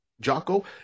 Jocko